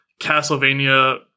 Castlevania